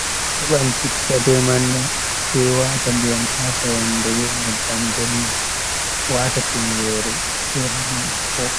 Heban citta be manda, sai wata ndiyam ha fayande be nyebbam dolla, wata tingeere sai harna bokko.